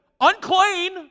unclean